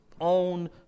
own